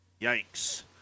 Yikes